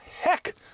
heck